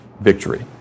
victory